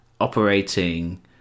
operating